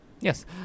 yes